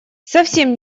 совсем